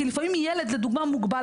כי לפעמים ילד לדוגמה מוגבל.